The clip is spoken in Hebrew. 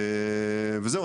וזהו,